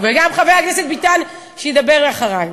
וגם חבר הכנסת ביטן, שידבר אחרי.